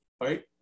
Right